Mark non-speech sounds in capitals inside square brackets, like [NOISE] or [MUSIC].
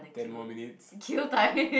ten more minutes [BREATH]